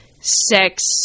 sex